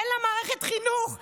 אין להן מערכת חינוך,